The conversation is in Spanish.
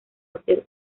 hacer